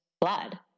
blood